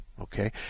okay